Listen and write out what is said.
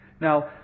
Now